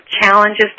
challenges